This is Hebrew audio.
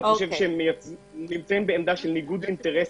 אני חושב שהם נמצאים בעמדה של ניגוד אינטרסים.